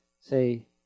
say